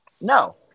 No